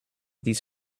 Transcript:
these